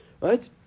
Right